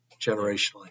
generationally